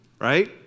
Right